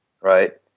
right